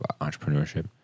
entrepreneurship